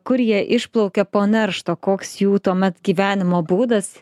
kurie jie išplaukia po neršto koks jų tuomet gyvenimo būdas